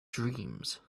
dreams